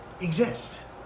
exist